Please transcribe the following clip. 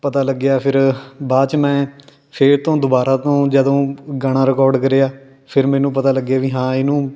ਪਤਾ ਲੱਗਿਆ ਫਿਰ ਬਾਅਦ 'ਚ ਮੈਂ ਫਿਰ ਤੋਂ ਦੁਬਾਰਾ ਤੋਂ ਜਦੋਂ ਗਾਣਾ ਰਿਕੋਡ ਕਰਿਆ ਫਿਰ ਮੈਨੂੰ ਪਤਾ ਲੱਗਿਆ ਵੀ ਹਾਂ ਇਹਨੂੰ